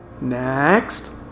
next